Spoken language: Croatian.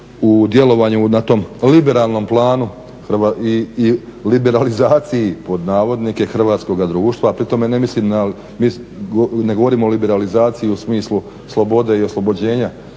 u djelovanju na tom liberalnom planu i "liberalizaciji" hrvatskoga društva, a pri tome ne govorim o liberalizaciji u smislu slobode i oslobođenja